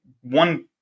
one